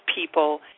people